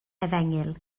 efengyl